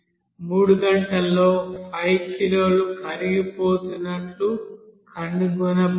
3 గంటల్లో 5 కిలోలు కరిగిపోతున్నట్లు కనుగొనబడింది